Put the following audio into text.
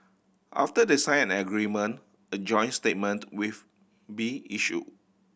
after they sign an agreement a joint statement be issued